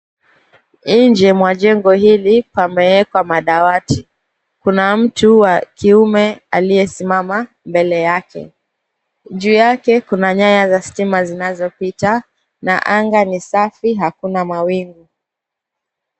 Nje mwa jengo hili pamewekwa madawati. Kuna mtu wa kiume aliyesimama mbele yake. Juu yake kuna nyaya za stima zinazopita na anga ni safi hakuna mawingu.